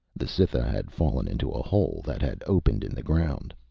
the cytha had fallen into a hole that had opened in the ground.